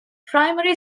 primary